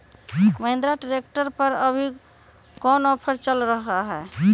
Mahindra tractor पर अभी कोन ऑफर चल रहा है?